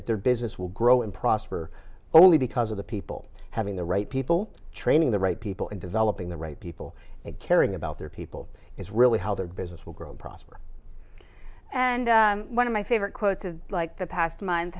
that their business will grow and prosper only because of the people having the right people training the right people and developing the right people and caring about their people is really how their business will grow and prosper and one of my favorite quotes of like the past month